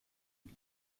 und